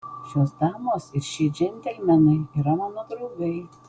šios damos ir šie džentelmenai yra mano draugai